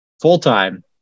full-time